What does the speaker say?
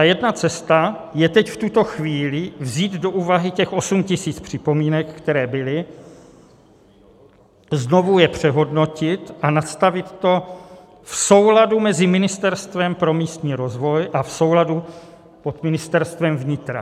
Jedna cesta je teď, v tuto chvíli, vzít do úvahy těch 8 tisíc připomínek, které byly, znovu je přehodnotit a nastavit to v souladu mezi Ministerstvem pro místní rozvoj a v souladu pod Ministerstvem vnitra.